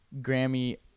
grammy